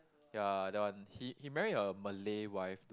ya that one he he marry a Malay wife